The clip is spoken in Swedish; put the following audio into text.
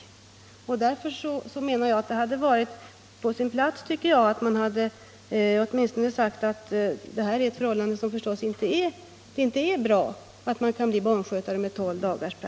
Av den anledningen tycker jag att det hade varit på sin plats att statsrådet åtminstone sagt att det förhållandet, att man kan bli barnskötare efter endast tolv dagars praktik, naturligtvis inte är bra.